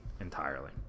entirely